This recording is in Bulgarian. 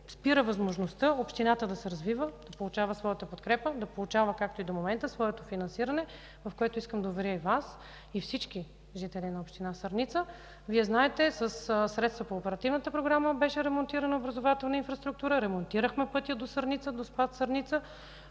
спира възможността общината да се развива, да получава своята подкрепа, да получава, както и до момента, своето финансиране, в което искам да уверя и Вас, и всички жители на община Сърница. Вие знаете, че със средства от оперативната програма беше ремонтирана образователна инфраструктура, през изминалите години ремонтирахме и пътя до Сърница – Доспат – Сърница.